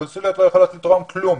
הקונסוליות לא יכולות לתרום כלום.